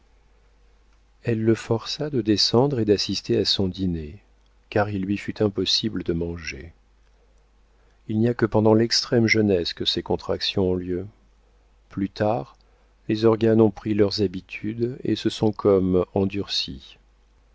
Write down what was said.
elle le força de descendre et d'assister à son dîner car il lui fut impossible de manger il n'y a que pendant l'extrême jeunesse que ces contractions ont lieu plus tard les organes ont pris leurs habitudes et se sont comme endurcis